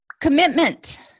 Commitment